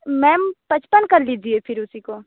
ma'am पचपन कर लीजिए फिर उसी को